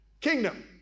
kingdom